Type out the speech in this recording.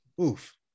oof